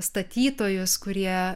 statytojus kurie